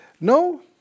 No